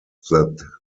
that